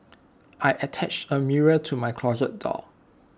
I attached A mirror to my closet door